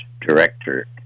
Director